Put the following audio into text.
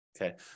okay